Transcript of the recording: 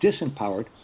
disempowered